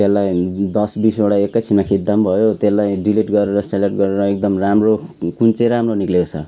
त्यसलाई दस बिसवटा एकैछिनमा खिच्दा पनि त्यसलाई डिलिट गरेर सेलेक्ट गरेर एकदम राम्रो कुन चाहिँ राम्रो निक्लेको छ